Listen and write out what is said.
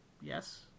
Yes